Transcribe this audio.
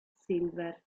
silver